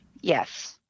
yes